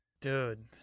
Dude